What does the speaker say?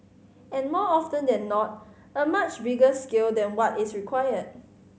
and more often than not a much bigger scale than what is required